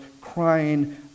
crying